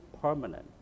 permanent